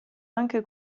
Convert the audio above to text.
anche